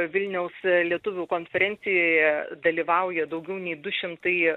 vilniaus lietuvių konferencijoje dalyvauja daugiau nei du šimtai